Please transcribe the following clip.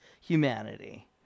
humanity